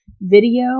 Video